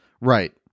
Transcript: Right